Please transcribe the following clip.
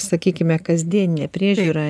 sakykime kasdieninę priežiūrą